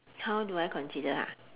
how do I consider ha